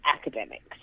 academics